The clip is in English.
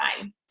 fine